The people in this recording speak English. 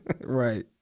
Right